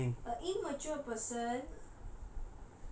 no a immature person